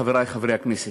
חברי חברי הכנסת,